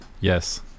Yes